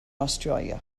australia